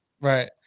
Right